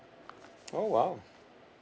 oh !wow!